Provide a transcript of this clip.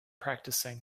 practicing